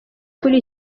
kuri